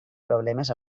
problemes